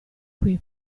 qui